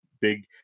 big